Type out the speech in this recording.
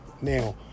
now